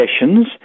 sessions